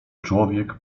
człowiek